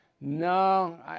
no